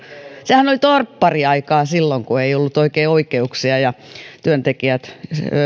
sehän oli torppariaikaa kun ei ollut oikein oikeuksia ja